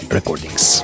Recordings